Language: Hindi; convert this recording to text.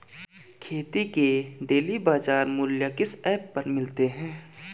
खेती के डेली बाज़ार मूल्य किस ऐप पर मिलते हैं?